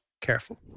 careful